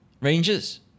Rangers